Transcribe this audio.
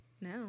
No